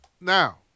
Now